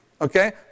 Okay